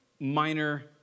minor